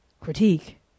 critique